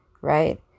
right